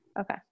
Okay